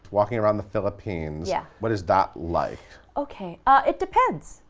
walking around the philippines, yeah what is that like? okay ah it depends.